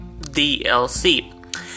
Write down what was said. DLC